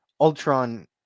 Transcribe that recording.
Ultron